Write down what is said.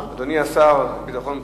אדוני השר לביטחון פנים,